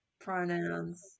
pronouns